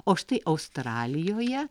o štai australijoje